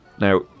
Now